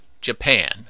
Japan